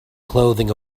clothing